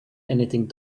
anything